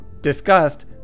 disgust